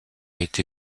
été